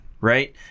right